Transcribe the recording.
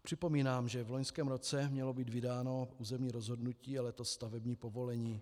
Připomínám, že v loňském roce mělo být vydáno územní rozhodnutí a letos stavební povolení.